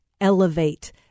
Elevate